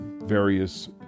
various